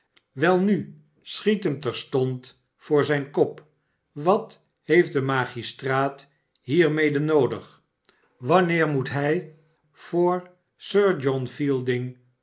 welnu schiet hem terstond voor zijn kop wat heeft de magistraat hiermede noodig swanneer moet hij voor sir john fielding